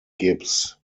gibbs